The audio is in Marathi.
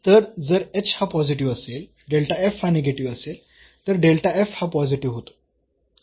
तर जर h हा पॉझिटिव्ह असेल हा निगेटिव्ह असेल तर हा पॉझिटिव्ह होतो